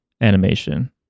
animation